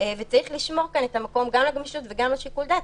צריך לשמור את המקום גם לגמישות וגם לשיקול דעת,